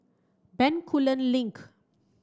Bencoolen Link